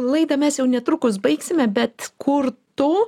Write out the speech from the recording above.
laidą mes jau netrukus baigsime bet kur tu